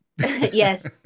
Yes